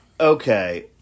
Okay